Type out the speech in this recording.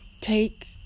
take